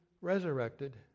resurrected